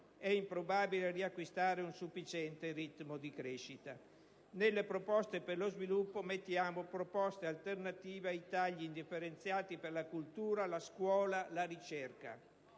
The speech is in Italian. è improbabile riacquistare un sufficiente ritmo di crescita. Tra le proposte per lo sviluppo avanziamo alternative ai tagli indifferenziati per la cultura, la scuola, la ricerca.